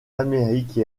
amérique